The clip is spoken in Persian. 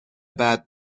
بعد